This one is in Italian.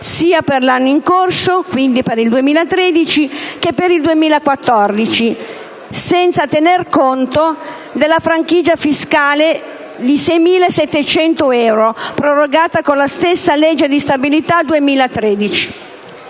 sia per l'anno in corso, quindi per il 2013, che per il 2014, senza tener conto della franchigia fiscale di 6.700 euro, prorogata con la stessa legge di stabilità 2013.